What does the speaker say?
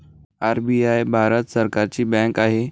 RBI Bharat सरकारची bank आहे